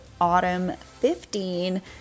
AUTUMN15